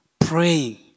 praying